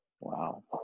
Wow